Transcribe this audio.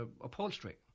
upholstery